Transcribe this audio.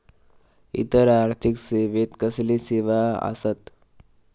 इतर आर्थिक सेवेत कसले सेवा आसत?